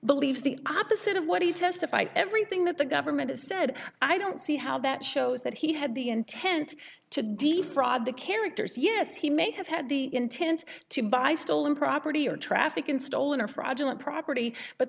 believes the opposite of what he testified everything that the government said i don't see how that shows that he had the intent to defraud the characters yes he may have had the intent to buy stolen property or traffic in stolen or fraudulent property but